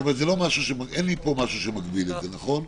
זאת אומרת שאין לי פה משהו שמגביל את זה, נכון?